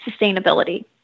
sustainability